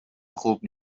خوب